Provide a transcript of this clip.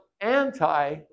anti-